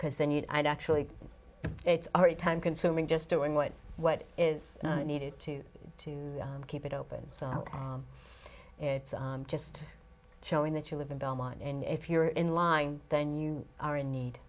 because then you'd i'd actually it's already time consuming just doing what what is needed to to keep it open so it's just showing that you live in belmont and if you're in line then you are in need